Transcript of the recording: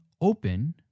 open